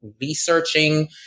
researching